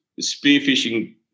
spearfishing